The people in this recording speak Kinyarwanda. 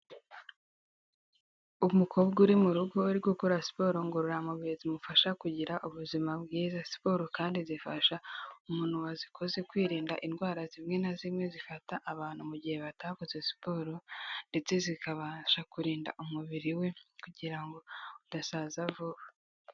Umukobwa uri mu rugo, uri gukora siporo ngororamubiri zimufasha kugira ubuzima bwiza. Siporo kandi zifasha umuntu wazikoze kwirinda indwara zimwe na zimwe, zifata abantu mu gihe batakoze siporo ndetse zikabasha kurinda umubiri we kugira ngo udasaza vuba.